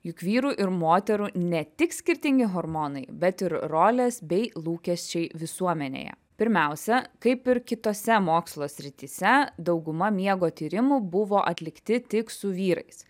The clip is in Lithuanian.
juk vyrų ir moterų ne tik skirtingi hormonai bet ir rolės bei lūkesčiai visuomenėje pirmiausia kaip ir kitose mokslo srityse dauguma miego tyrimų buvo atlikti tik su vyrais